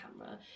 camera